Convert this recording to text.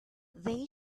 they